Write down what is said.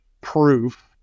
proof